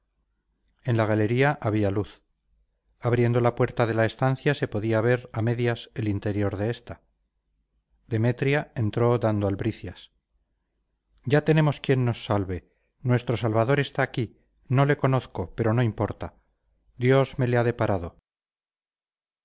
en la galería había luz abriendo la puerta de la estancia se podía ver a medias el interior de esta demetria entró dando albricias ya tenemos quien nos salve nuestro salvador aquí está no le conozco pero no importa dios me le ha deparado